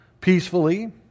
peacefully